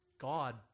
God